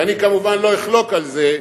ואני כמובן לא אחלוק על זה,